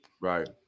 Right